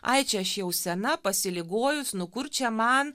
ai čia aš jau sena pasiligojus nu kur čia man